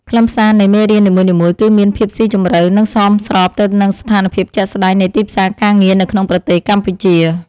ខ្លឹមសារនៃមេរៀននីមួយៗ គឺមានភាពស៊ីជម្រៅនិងសមស្របទៅនឹងស្ថានភាពជាក់ស្តែងនៃទីផ្សារការងារនៅក្នុងប្រទេសកម្ពុជា។